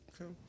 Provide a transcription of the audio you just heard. Okay